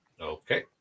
Okay